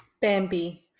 Bambi